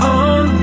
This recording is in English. on